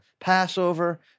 Passover